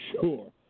sure